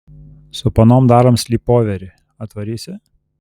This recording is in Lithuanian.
su panom darom slypoverį atvarysi